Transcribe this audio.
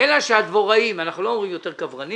אלא שהדבוראים אנחנו לא אומרים יותר כוורנים